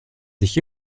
sich